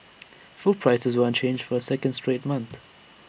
food prices were unchanged for A second straight month